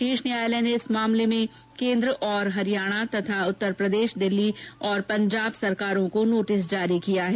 शीर्ष न्यायालय ने इस मामले में केन्द्र और हरियाणा उत्तर प्रदेश दिल्ली तथा पंजाब सरकार को नोटिस जारी किया है